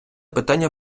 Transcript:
питання